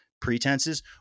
pretenses